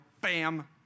bam